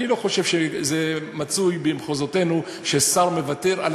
אני לא חושב שזה מצוי במחוזותינו ששר מוותר על